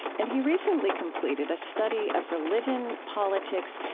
and he recently completed a study of religion, politics,